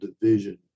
division